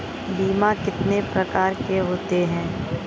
बीमा कितने प्रकार के होते हैं?